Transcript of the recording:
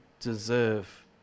deserve